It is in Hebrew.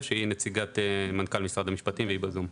שהיא נציגת מנכ"ל משרד המשפטים והיא בזום.